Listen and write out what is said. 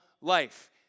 life